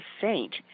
saint